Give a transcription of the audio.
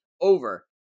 over